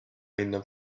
minna